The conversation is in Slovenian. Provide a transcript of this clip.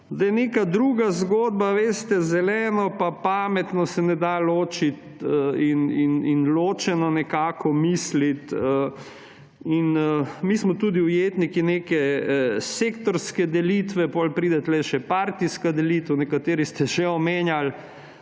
Neka druga zgodba, veste, zeleno pa pametno se ne da ločiti in ločeno nekako misliti. Mi smo tudi ujetniki neke sektorske delitve, potem pride tukaj še partijska delitev, nekateri ste že omenjali